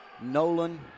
Nolan